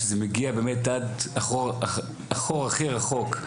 שזה מגיע באמת עד החור הכי רחוק,